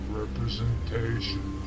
representation